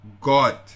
God